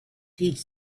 teach